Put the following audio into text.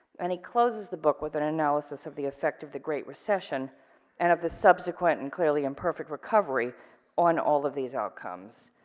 and he closes the book with an analysis of the effect of the great recession and of the subsequent and clearly imperfect recovery on all of these outcomes.